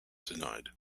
denied